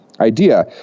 idea